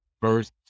first